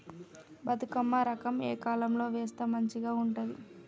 బతుకమ్మ రకం ఏ కాలం లో వేస్తే మంచిగా ఉంటది?